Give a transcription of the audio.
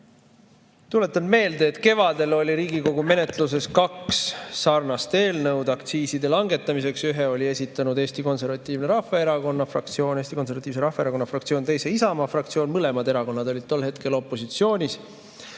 Tuletan meelde, et kevadel oli Riigikogu menetluses kaks sarnast eelnõu aktsiiside langetamiseks. Ühe oli esitanud Eesti Konservatiivse Rahvaerakonna fraktsioon ja teise Isamaa fraktsioon. Mõlemad erakonnad olid tol hetkel opositsioonis.